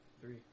three